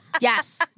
Yes